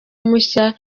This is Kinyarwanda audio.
mushya